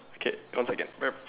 okay one second